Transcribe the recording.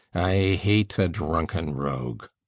i hate a drunken rogue.